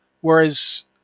whereas